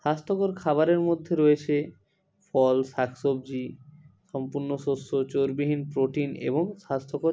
স্বাস্থ্যকর খাবারের মধ্যে রয়েছে ফল শাক সবজি সম্পূর্ণ শস্য চর্বিহীন প্রোটিন এবং স্বাস্থ্যকর